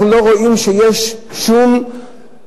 אנחנו לא רואים שום פעילות,